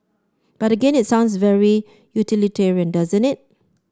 but again it sounds very utilitarian doesn't it